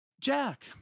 Jack